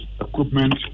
equipment